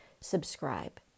subscribe